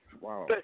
Wow